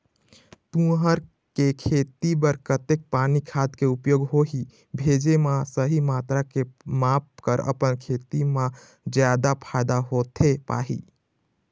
तुंहर के खेती बर कतेक पानी खाद के उपयोग होही भेजे मा सही मात्रा के माप कर अपन खेती मा जादा फायदा होथे पाही?